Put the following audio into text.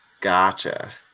Gotcha